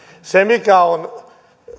se mikä on